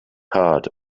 hard